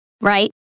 Right